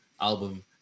album